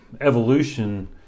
evolution